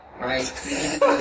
right